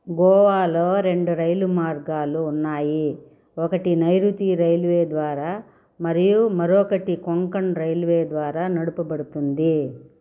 గోవాలో రెండు రైలు మార్గాలు ఉన్నాయి ఒకటి నైరుతి రైల్వే ద్వారా మరియు మరొకటి కొంకణ్ రైల్వే ద్వారా నడపబడుతుంది